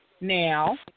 Now